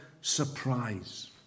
surprise